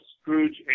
Scrooge